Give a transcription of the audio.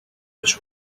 was